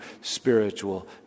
spiritual